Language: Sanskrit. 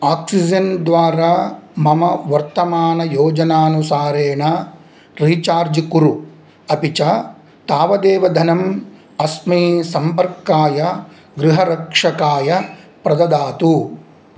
आक्सिज़न्द्वारा मम वर्तमानयोजनानुसारेण रीचार्ज् कुरु अपि च तावदेव धनम् अस्मै सम्पर्काय गृहरक्षकाय प्रददातु